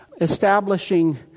establishing